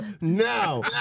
now